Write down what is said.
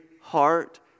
heart